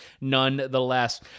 nonetheless